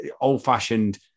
old-fashioned